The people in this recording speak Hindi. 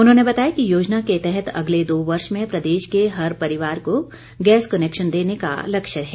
उन्होंने बताया कि योजना के तहत अगले दो वर्ष में प्रदेश के हर परिवार को गैस कनैक्शन देने का लक्ष्य है